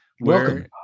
Welcome